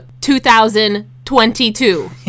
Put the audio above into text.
2022